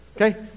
Okay